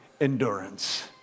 endurance